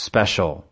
Special